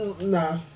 nah